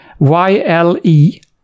YLE